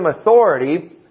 authority